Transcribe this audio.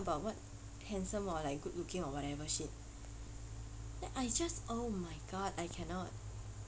not about [what] handsome or like good looking or whatever shit then I just oh my god I cannot